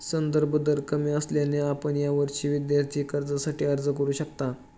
संदर्भ दर कमी असल्याने आपण यावर्षी विद्यार्थी कर्जासाठी अर्ज करू शकता